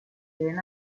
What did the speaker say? lene